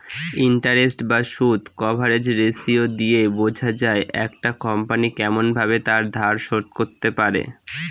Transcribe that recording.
interest বা সুদ coverage ratio দিয়ে বোঝা যায় একটা কোম্পনি কেমন ভাবে তার ধার শোধ করতে পারে